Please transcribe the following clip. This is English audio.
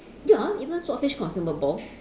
ya isn't swordfish consumable